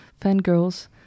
fangirls